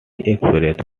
express